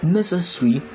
necessary